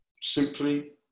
simply